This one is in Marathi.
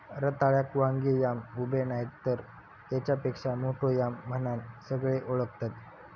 रताळ्याक वांगी याम, उबे नायतर तेच्यापेक्षा मोठो याम म्हणान सगळे ओळखतत